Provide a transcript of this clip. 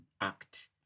act